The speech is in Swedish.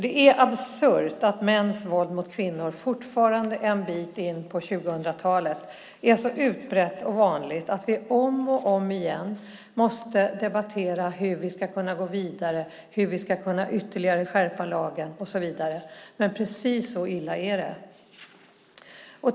Det är absurt att mäns våld mot kvinnor fortfarande en bit in på 2000-talet är så utbrett och vanligt att vi om och om igen måste debattera hur vi ska kunna gå vidare, hur vi ska kunna skärpa lagen ytterligare och så vidare. Men precis så illa är det.